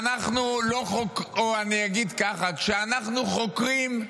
אגיד ככה, כשאנחנו חוקרים,